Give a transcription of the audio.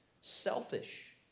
selfish